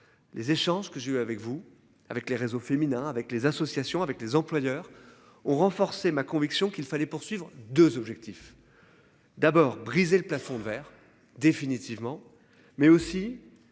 Les échanges que j'ai eue avec vous, avec les réseaux féminins, avec les associations, avec les employeurs ont renforcé ma conviction qu'il fallait poursuivre 2 objectifs. D'abord briser le plafond de verre définitivement mais aussi